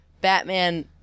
Batman